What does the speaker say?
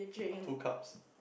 two cups